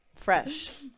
fresh